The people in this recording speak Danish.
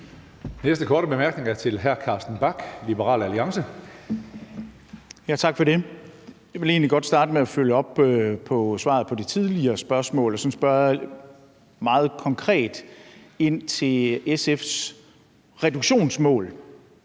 næste korte bemærkning er til hr. Carsten Bach, Liberal Alliance. Kl. 16:13 Carsten Bach (LA): Tak for det. Jeg vil egentlig godt starte med at følge op i forhold til svarene på de tidligere spørgsmål og spørge meget konkret ind til SF's reduktionsmål,